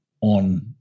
on